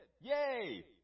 Yay